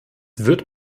wird